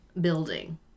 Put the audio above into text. building